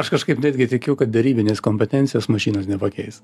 aš kažkaip netgi tikiu kad darybinės kompetencijos mašinos nepakeis